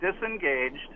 disengaged